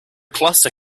cluster